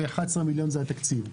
ו-11 מיליון זה התקציב.